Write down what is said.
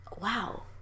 wow